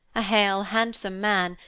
a hale, handsome man,